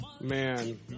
Man